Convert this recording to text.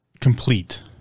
complete